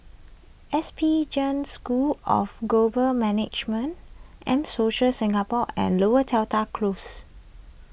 S P Jain School of Global Management M Social Singapore and Lower Seletar Close